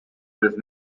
was